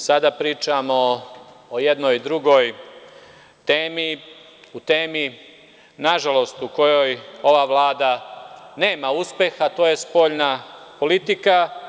Sada pričamo o jednoj drugoj temi, o temi nažalost u kojoj ova Vlada nema uspeha, a to je spoljna politika.